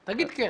תגיד כן.